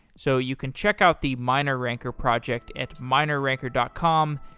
so you can check out the mineranker project at mineranker dot com.